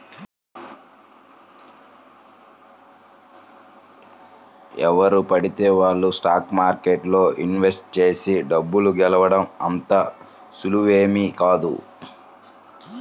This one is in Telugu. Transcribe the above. ఎవరు పడితే వాళ్ళు స్టాక్ మార్కెట్లో ఇన్వెస్ట్ చేసి డబ్బు గెలవడం అంత సులువేమీ కాదు